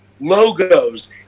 logos